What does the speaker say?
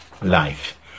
Life